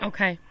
Okay